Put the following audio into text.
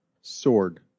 sword